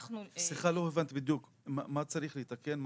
סליחה, לא הבנתי בדיוק, מה צריך לתקן?